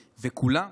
וכולם,